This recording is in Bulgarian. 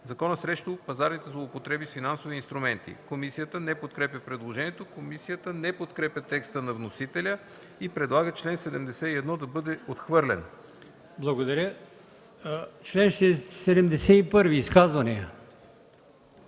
Закона срещу пазарните злоупотреби с финансови инструменти.” Комисията не подкрепя предложението. Комисията не подкрепя текста на вносителя и предлага чл. 71 да бъде отхвърлен. ПРЕДСЕДАТЕЛ АЛИОСМАН